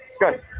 Good